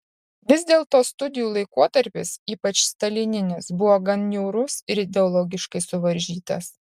vis dėlto studijų laikotarpis ypač stalininis buvo gan niūrus ir ideologiškai suvaržytas